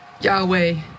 Yahweh